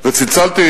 וצלצלתי